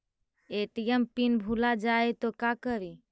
ATM PIN भुला जाए तो का करी?